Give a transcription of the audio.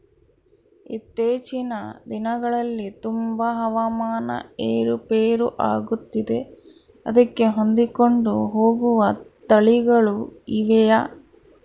ಇತ್ತೇಚಿನ ದಿನಗಳಲ್ಲಿ ತುಂಬಾ ಹವಾಮಾನ ಏರು ಪೇರು ಆಗುತ್ತಿದೆ ಅದಕ್ಕೆ ಹೊಂದಿಕೊಂಡು ಹೋಗುವ ತಳಿಗಳು ಇವೆಯಾ?